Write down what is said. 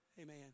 Amen